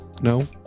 No